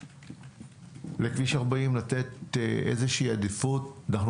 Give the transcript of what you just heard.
צריך לתת איזושהי עדיפות לכביש 40. רן,